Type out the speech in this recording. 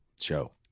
Show